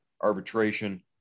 arbitration